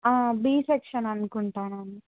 be section అనుకుంటానండి